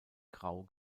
grau